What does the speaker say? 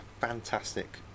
fantastic